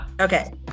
okay